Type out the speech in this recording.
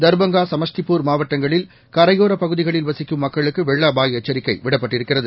தர்பங்கா சம்ஸ்டிபூர்மாவட்டங்களில்கரையோரபகுதிகளில்வசிக்கும்ம க்களுக்குவெள்ளஅபாயஎச்சரிக்கைவிடப்பட்டிருக்கிறது